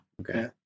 okay